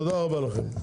תודה רבה לכם.